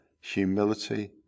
humility